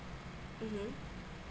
mm